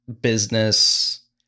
business